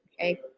okay